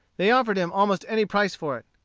they offered him almost any price for it.